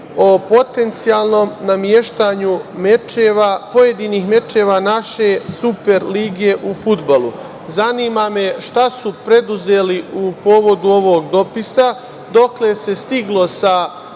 o potencijalnom nameštanju pojedinih mečeva naše Super lige u fudbalu. Zanima me šta su preduzeli povodom ovog dopisa? Dokle se stiglo sa